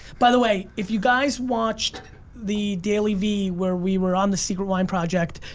by the way if you guys watched the daily vee where we were on the secret wine project,